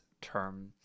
term